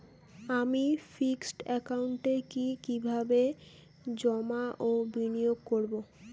আমি ফিক্সড একাউন্টে কি কিভাবে জমা ও বিনিয়োগ করব?